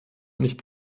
nicht